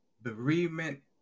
bereavement